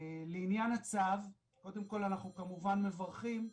לעניין הצו, קודם כל, אנחנו כמובן מברכים,